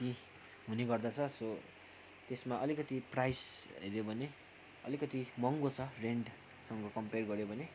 त्यहीँ हुने गर्दछ सो त्यसमा अलिकति प्राइज हेऱ्यो भने अलिकति महँगो छ रेन्टसँग कम्पेयर गऱ्यो भने